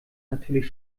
natürlich